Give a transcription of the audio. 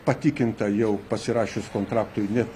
patikinta jau pasirašius kontraktui net